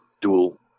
dual